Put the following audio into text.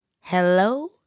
Hello